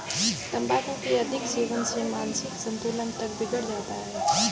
तंबाकू के अधिक सेवन से मानसिक संतुलन तक बिगड़ जाता है